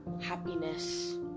happiness